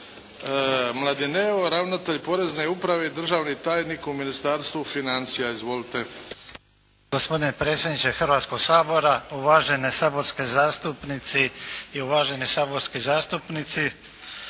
Mladineo, ravnatelj Porezne uprave i državni tajnik u Ministarstvu financija. Izvolite. **Mladineo, Ivica** Gospodine predsjedniče Hrvatskoga sabora, uvažene saborske zastupnice i uvaženi saborski zastupnici.